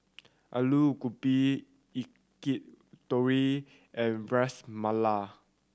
Alu Gobi Yakitori and Ras Malai